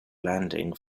landing